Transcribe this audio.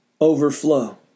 overflow